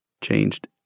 changed